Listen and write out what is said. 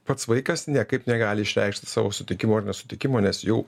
pats vaikas niekaip negali išreikšti savo sutikimo nesutikimo nes jau